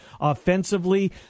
offensively